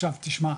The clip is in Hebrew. עכשיו תשמע,